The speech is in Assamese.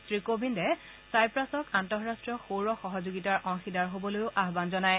শ্ৰীকোবিন্দে ছাইপ্ৰাছক আন্তঃৰাষ্ট্ৰীয় সৌৰ সহযোগিতাৰ অংশীদাৰ হবলৈ আহান জনায়